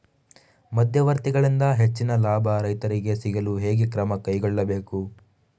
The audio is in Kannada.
ಮಧ್ಯವರ್ತಿಗಳಿಂದ ಹೆಚ್ಚಿನ ಲಾಭ ರೈತರಿಗೆ ಸಿಗಲು ಹೇಗೆ ಕ್ರಮ ಕೈಗೊಳ್ಳಬೇಕು?